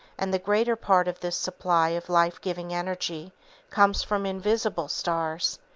and the greater part of this supply of life-giving energy comes from invisible stars,